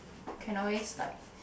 can always like